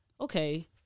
okay